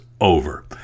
over